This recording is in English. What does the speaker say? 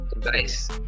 guys